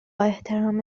احترام